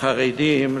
החרדים,